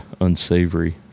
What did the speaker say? unsavory